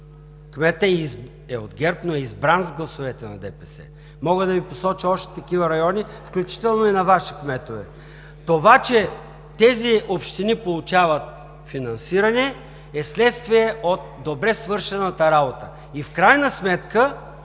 кметът е от ГЕРБ, но е избран с гласовете на ДПС. Мога да Ви посоча още такива райони, включително и на Ваши кметове. Това, че тези общини получават финансиране, е вследствие от добре свършената работа. В крайна сметка,